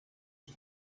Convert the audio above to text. for